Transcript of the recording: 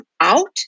out